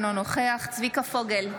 אינו נוכח צביקה פוגל,